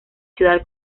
ciudad